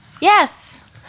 Yes